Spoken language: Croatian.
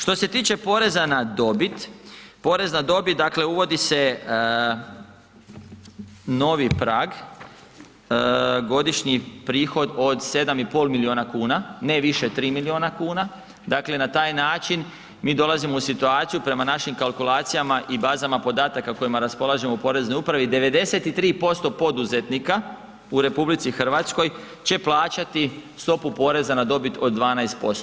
Što se tiče porezan na dobit, uvodi se novi prag godišnji prihod od 7,5 milijuna kuna ne više 3 miliona kuna, dakle na taj način mi dolazimo u situaciju prema našim kalkulacijama i bazama podataka kojima raspolažemo u Poreznoj upravi, 93% poduzetnika u RH će plaćati stopu poreza na dobit od 12%